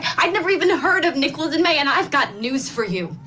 i've never even heard of nichols and may. and i've got news for you.